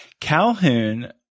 Calhoun